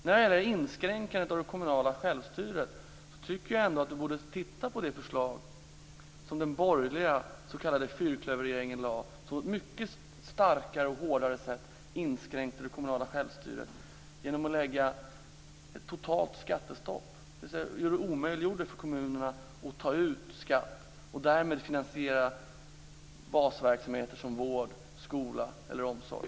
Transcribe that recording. När det gäller inskränkandet av det kommunala självstyret borde Ulf Björklund titta på det förslag som den borgerliga s.k. fyrklöverregeringen lade, som på ett mycket starkare och hårdare sätt inskränkte det kommunala självstyret, genom att lägga ett totalt skattestopp och omöjliggöra för kommunerna att ta ut skatt och därmed finansiera basverksamheter som vård, skola och omsorg.